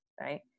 right